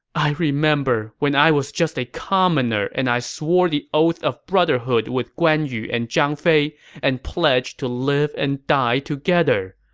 i remember when i was just a commoner and i swore the oath of brotherhood with guan yu and zhang fei and pledged to live and die together,